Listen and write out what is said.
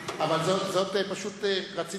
צריך לעשות החלפות.